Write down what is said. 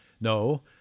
no